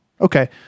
okay